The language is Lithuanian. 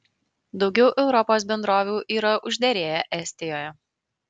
daugiau europos bendrovių yra užderėję estijoje